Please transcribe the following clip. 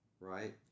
Right